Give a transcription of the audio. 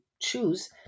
choose